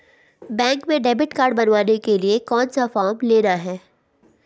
Bank में debit card बनवाने के लिए कौन सा फॉर्म लेना है?